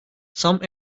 some